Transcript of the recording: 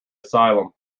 asylum